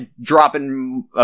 dropping